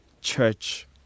church